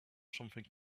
something